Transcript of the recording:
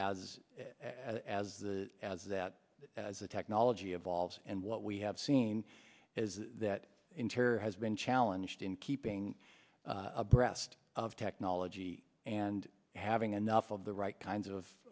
as as the as that as the technology evolves and what we have seen is that interior has been challenged in keeping abreast of technology and having enough of the right kinds of